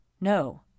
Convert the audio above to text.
No